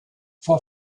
for